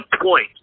point